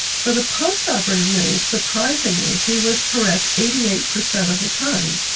for the post-operative names surprisingly he was correct eighty eight percent of the time.